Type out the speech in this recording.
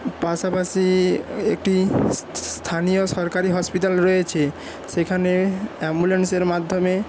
পাশাপাশি একটি স্থানীয় সরকারি হসপিটাল রয়েছে সেখানে অ্যাম্বুলেন্স এর মাধমে